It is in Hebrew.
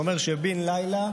זה אומר שבן לילה